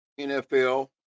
NFL